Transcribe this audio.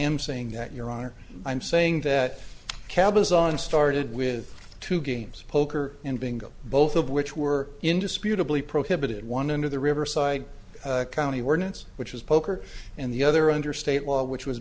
am saying that your honor i'm saying that cabazon started with two games poker and bingo both of which were indisputably prohibited one into the riverside county ordinance which was poker and the other under state law which was